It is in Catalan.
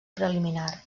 preliminar